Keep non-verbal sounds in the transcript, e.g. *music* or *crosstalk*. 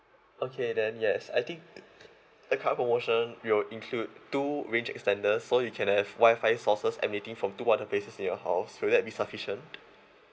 okay then yes I think *noise* the current promotion will include two range extenders so you can have wi-fi sources emitting from two other places in your house will that be sufficient